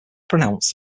pronounced